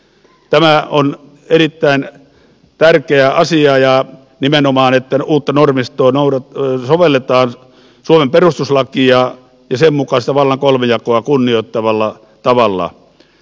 tämä on erittäin tärkeä asia nimenomaan että uutta normistoa sovelletaan suomen perustuslakia ja sen mukaista vallan kolmijakoa kunnioittavalla tavalla